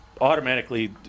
automatically